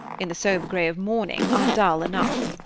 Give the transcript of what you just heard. in the sober grey of morning, are dull enough.